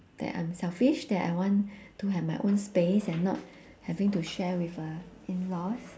that I'm selfish that I want to have my own space and not having to share with a in laws